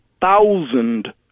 thousand